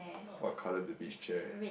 what colour is the beach chair